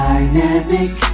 Dynamic